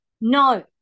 No